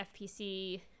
FPC